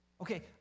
Okay